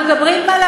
המזמינה, אני מדבר.